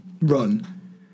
run